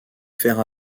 faire